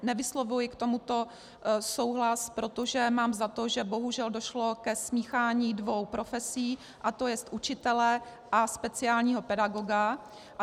Nevyslovuji k tomuto souhlas, protože mám za to, že bohužel došlo ke smíchání dvou profesí, to jest učitele a speciálního pedagoga.